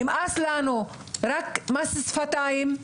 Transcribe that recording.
נמאס לנו רק מס שפתיים,